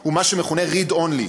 הוא מה שמכונה read-only,